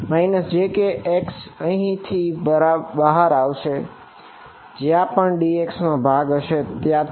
jkx અહીંથી બહાર આવશે જ્યાંપણ dx નો ભાગ હશે ત્યાં થી